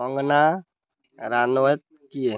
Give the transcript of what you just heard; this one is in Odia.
କଙ୍ଗନା ରନାୱତ୍ କିଏ